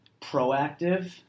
proactive